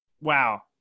wow